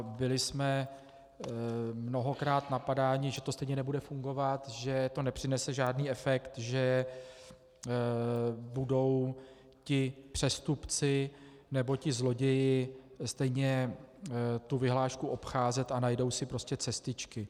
Byli jsme mnohokrát napadáni, že to stejně nebude fungovat, že to nepřinese žádný efekt, že budou ti přestupci nebo zloději stejně tu vyhlášku obcházet a najdou si prostě cestičky.